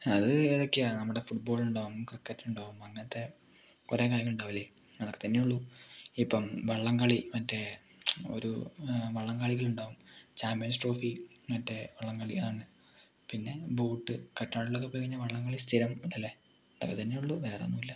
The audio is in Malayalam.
അത് ഏതൊക്കെയാണ് നമ്മുടെ ഫുട്ബോൾ ഉണ്ടാവും ക്രിക്കറ്റ് ഉണ്ടാവും അങ്ങനത്തെ കുറേ കാര്യങ്ങളുണ്ടാവില്ലേ അതൊക്കെ തന്നേ ഉള്ളൂ ഇപ്പം വള്ളം കളി മറ്റേ ഒരു വള്ളം കളികൾ ഉണ്ടാവും ചാംബ്യൻസ് ട്രോഫി മറ്റേ വള്ളം കളി തന്നെ പിന്നെ ബോട്ട് കുട്ടനാടൊക്കെ പോയിക്കഴിഞ്ഞാൽ വള്ളം കളി സ്ഥിരം ഇതല്ലേ ഇതൊക്കെ തന്നേ ഉള്ളൂ വേറൊന്നും ഇല്ല